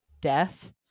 death